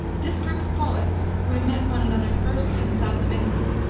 this group of poets, who had met one another first in the south of england,